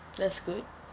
that's good